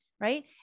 right